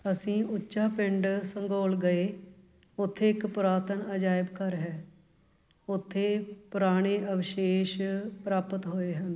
ਅਸੀਂ ਉੱਚਾ ਪਿੰਡ ਸੰਘੋਲ ਗਏ ਉੱਥੇ ਇੱਕ ਪੁਰਾਤਨ ਅਜਾਇਬ ਘਰ ਹੈ ਉੱਥੇ ਪੁਰਾਣੇ ਅਵਸ਼ੇਸ਼ ਪ੍ਰਾਪਤ ਹੋਏ ਹਨ